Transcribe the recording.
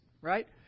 right